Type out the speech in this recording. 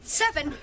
seven